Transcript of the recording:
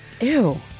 Ew